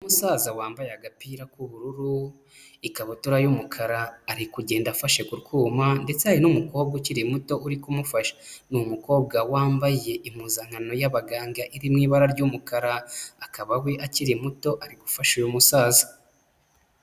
Umusaza wambaye agapira k'ubururu, ikabutura y'umukara, ari kugenda afashe ku kuma, ndetse hari n'umukobwa ukiri muto uri kumufasha, ni umukobwa wambaye impuzankano y'abaganga, iri mu ibara ry'umukara, akaba we akiri muto ari gufasha uyu musaza.